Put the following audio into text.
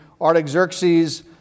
Artaxerxes